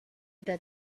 that